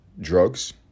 drugs